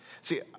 See